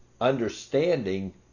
understanding